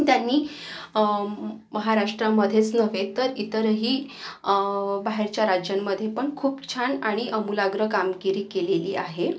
त्यांनी महाराष्ट्रामध्येच नव्हे तर इतरही बाहेरच्या राज्यांमध्ये पण खूप छान आणि अमुलाग्र कामकिरी केलेली आहे